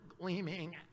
gleaming